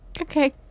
Okay